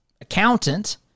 accountant